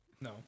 No